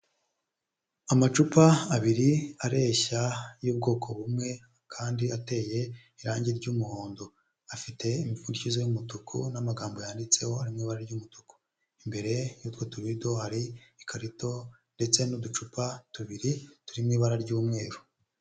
Amacupa abiri areshya y'ubwoko bumwe kandi ateye irangi ry'umuhondo, afite imipfindikizo y'umutuku n'amagambo yanditsehomo ari mu ibara ry'umutuku, imbere y'utwo tubido hari ikarito ndetse n'uducupa tubiri turi mu ibara ry'umweru.